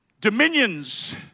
dominions